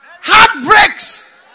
Heartbreaks